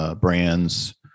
brands